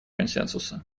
консенсуса